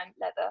leather